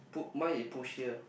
put mine is push here